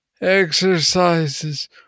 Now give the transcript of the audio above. exercises